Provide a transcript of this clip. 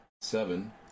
Seven